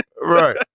Right